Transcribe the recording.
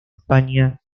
españa